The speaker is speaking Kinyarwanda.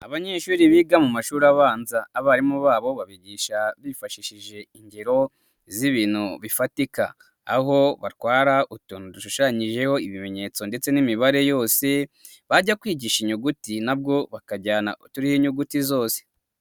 Abanyeshuri biga mu mashuri abanza, abarimu babo babigisha bifashishije ingero z'ibintu bifatika, aho batwara utuntu dushushanyijeho ibimenyetso ndetse n'imibare yose bajya kwigisha inyuguti nabwo bakajyana uturiho inyuguti zose.